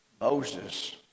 Moses